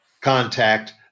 contact